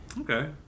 Okay